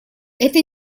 это